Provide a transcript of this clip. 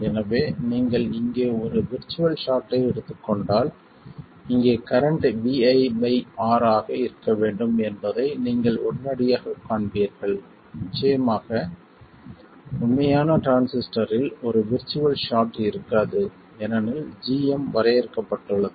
எனவே நீங்கள் இங்கே ஒரு விர்ச்சுவல் ஷார்ட்டை எடுத்துக் கொண்டால் இங்கே கரண்ட் Vi R ஆக இருக்க வேண்டும் என்பதை நீங்கள் உடனடியாகக் காண்பீர்கள் நிச்சயமாக உண்மையான டிரான்சிஸ்டரில் ஒரு விர்ச்சுவல் ஷார்ட் இருக்காது ஏனெனில் gm வரையறுக்கப்பட்டுள்ளது